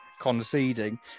conceding